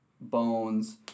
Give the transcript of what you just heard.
bones